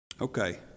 Okay